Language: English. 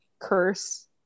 curse